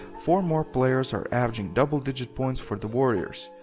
four more players are averaging double digit points for the warriors.